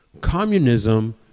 Communism